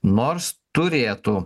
nors turėtų